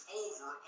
over